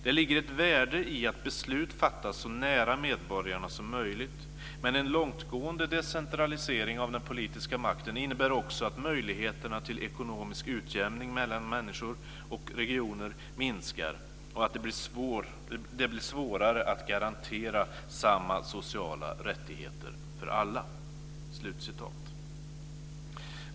Det ligger ett värde i att beslut fattas så nära medborgarna som möjligt, men en långtgående decentralisering av den politiska makten innebär också att möjligheterna till ekonomisk utjämning mellan människor och regioner minskar och att det blir svårare att garantera samma sociala rättigheter för alla."